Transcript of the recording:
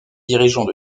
dirigeants